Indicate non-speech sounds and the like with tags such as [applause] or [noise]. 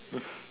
mm [laughs]